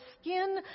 skin